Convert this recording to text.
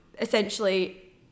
essentially